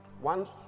One